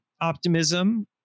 optimism